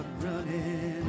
running